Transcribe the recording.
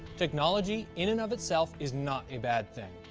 technology in and of itself is not a bad thing.